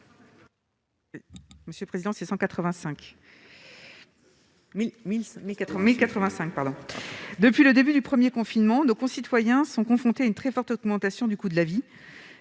Depuis le début du premier confinement, nos concitoyens sont confrontés à une très forte augmentation du coût de la vie-